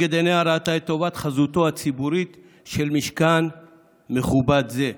ולנגד עיניה ראתה את טובת חזותו הציבורית של משכן מכובד זה,